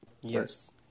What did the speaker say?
Yes